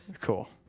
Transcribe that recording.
cool